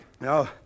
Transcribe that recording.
No